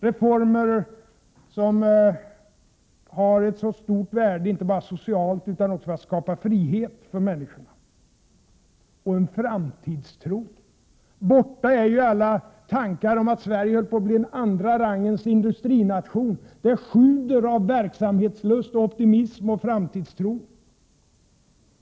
— reformer som har ett så stort värde inte bara socialt utan också för att skapa frihet för människorna och framtidstro. Borta är ju alla tankar om att Sverige höll på att bli en andra rangens industrination. Det sjuder av verksamhetslust, optimism och framtidstro.